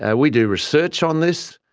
and we do research on this.